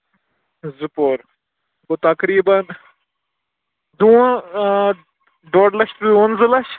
زٕ پور گوٚو تَقریٖبَن دوٗن ڈۄڑ لَچھ زٕ لَچھ